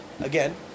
again